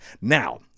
now